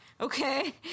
okay